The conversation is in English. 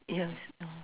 yes uh